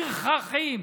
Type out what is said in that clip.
פרחחים.